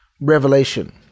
Revelation